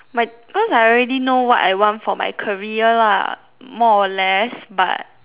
my cause I already know what I want for my career lah more or less but